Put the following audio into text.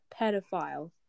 pedophile